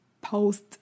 post